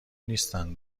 نیستن